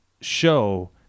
show